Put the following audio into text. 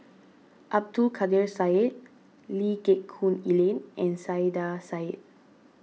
Abdul Kadir Syed Lee Geck Hoon Ellen and Saiedah Said